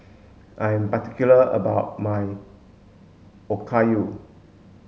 I'm particular about my Okayu